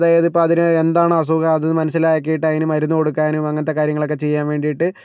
അതായത് ഇപ്പം അതിന് എന്താണ് അസുഖം അത് മനസ്സിലാക്കിയിട്ട് അതിന് മരുന്ന് കൊടുക്കാനും അങ്ങനത്തെ കാര്യങ്ങളൊക്കെ ചെയ്യാൻ വേണ്ടിയിട്ട്